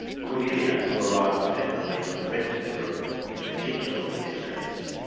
kornelia, who arrives separately from the rest of the group, is particularly distressed.